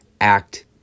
act